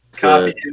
Copy